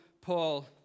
Paul